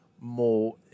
more